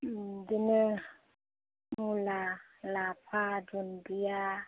बिदिनो मुला लाफा दुन्दिया